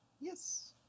Yes